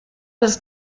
des